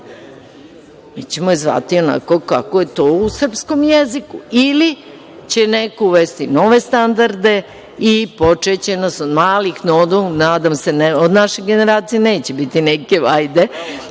Mi ćemo je zvati onako kako je to u srpskom jeziku ili će neko uvesti nove standarde i počeće nas od malih nogu, od naše generacije neće biti neke vajde